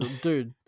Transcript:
dude